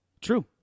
True